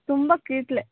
ತುಂಬ ಕೀಟಲೆ